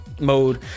mode